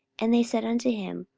and they said unto him,